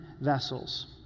vessels